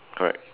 correct